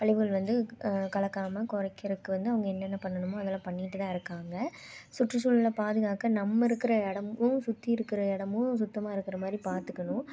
கழிவுகள் வந்து கலக்காமல் குறைக்குறக்கு வந்து அவங்க என்னன்ன பண்ணனுமோ அதெலாம் பண்ணிகிட்டு தான் இருக்காங்க சுற்றுச்சூழலை பாதுகாக்க நம்ம இருக்கிற இடமும் சுற்றி இருக்கிற இடமும் சுத்தமாக இருக்கிற மாதிரி பார்த்துக்கனும்